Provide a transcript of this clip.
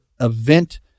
event